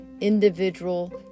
individual